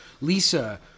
Lisa